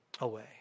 away